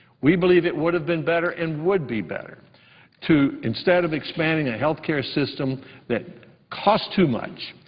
we believe it would have been better and would be better to, instead of expanding a health care system that costs too much,